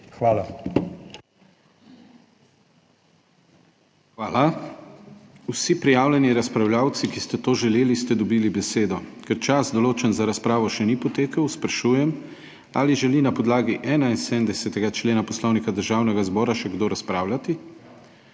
KRIVEC: Hvala. Vsi prijavljeni razpravljavci, ki ste to želeli, ste dobili besedo. Ker čas, določen za razpravo, še ni potekel, sprašujem, ali želi na podlagi 71. člena Poslovnika Državnega zbora še kdo razpravljati.